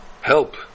Help